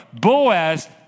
Boaz